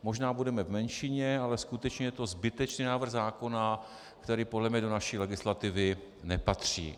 Možná budeme v menšině, ale skutečně je to zbytečný návrh zákona, který podle mě do naší legislativy nepatří.